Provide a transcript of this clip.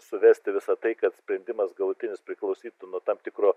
suvesti visą tai kad sprendimas galutinis priklausytų nuo tam tikro